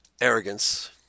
arrogance